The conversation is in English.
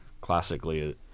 classically